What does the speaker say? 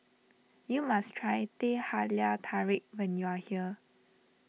you must try Teh Halia Tarik when you are here